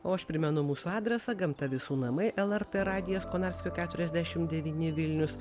o aš primenu mūsų adresą gamta visų namai lrt radijas konarskio keturiasdešim devyni vilnius